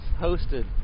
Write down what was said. hosted